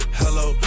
hello